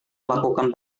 melakukan